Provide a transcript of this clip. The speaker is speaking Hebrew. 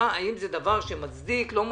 זה דבר שאתה מצדיק, לא מצדיק.